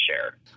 share